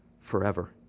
forever